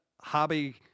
Hobby